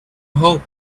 hope